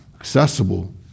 accessible